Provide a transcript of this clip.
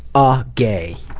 a gay.